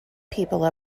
people